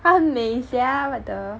她很美 sia what the